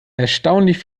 erstaunlich